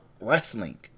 wrestling